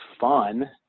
fun